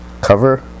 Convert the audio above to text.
cover